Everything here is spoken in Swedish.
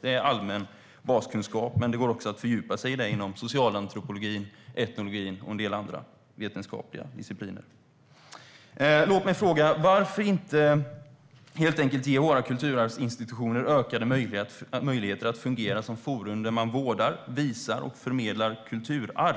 Det är allmän baskunskap, men det går också att fördjupa sig i det inom socialantropologin, etnologin och en del andra vetenskapliga discipliner. Låt mig fråga följande: Varför ger man helt enkelt inte våra kulturarvsinstitutioner ökade möjligheter att fungera som forum där man vårdar, visar och förmedlar kulturarv?